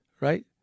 right